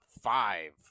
five